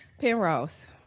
Penrose